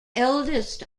eldest